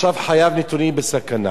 עכשיו חייו נתונים בסכנה